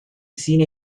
cine